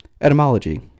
Etymology